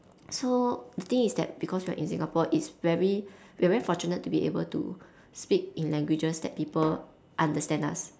so the thing is that because you are in Singapore it's very we are very fortunate to be able to speak in languages that people understand us